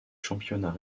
championnats